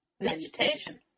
Vegetation